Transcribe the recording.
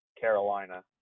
Carolina